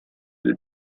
the